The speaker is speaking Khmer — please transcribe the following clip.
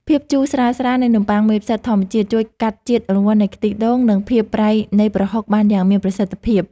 ភាពជូរស្រាលៗនៃនំប៉័ងមេផ្សិតធម្មជាតិជួយកាត់ជាតិរងាន់នៃខ្ទិះដូងនិងភាពប្រៃនៃប្រហុកបានយ៉ាងមានប្រសិទ្ធភាព។